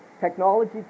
technology